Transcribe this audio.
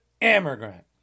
immigrant